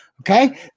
Okay